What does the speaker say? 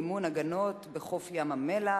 מימון הגנות חוף בים-המלח),